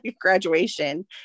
graduation